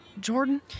Jordan